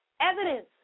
Evidence